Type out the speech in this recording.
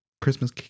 Christmas